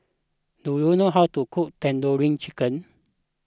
do you know how to cook Tandoori Chicken